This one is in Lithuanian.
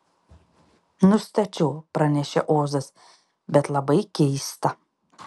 nustačiau pranešė ozas bet labai keista